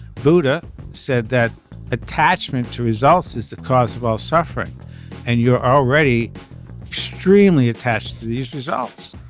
buddha said that attachment to results is the cause of all suffering and you're already extremely attached to these results